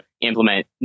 implement